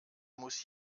muss